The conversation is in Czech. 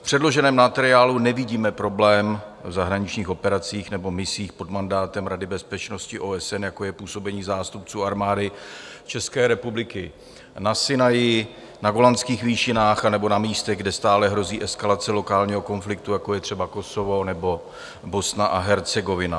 V předloženém materiálu nevidíme problém v zahraničních operacích nebo misích pod mandátem Rady bezpečnosti OSN, jako je působení zástupců Armády České republiky na Sinaji, na Golanských výšinách nebo na místech, kde stále hrozí eskalace lokálního konfliktu, jako je třeba Kosovo nebo Bosna a Hercegovina.